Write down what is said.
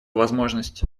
возможность